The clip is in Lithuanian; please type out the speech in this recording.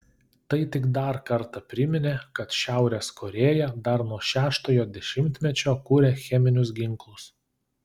tai tik dar kartą priminė kad šiaurės korėja dar nuo šeštojo dešimtmečio kuria cheminius ginklus